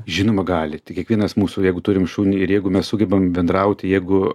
žinoma gali tai kiekvienas mūsų jeigu turim šunį ir jeigu mes sugebam bendrauti jeigu